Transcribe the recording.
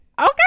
okay